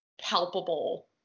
palpable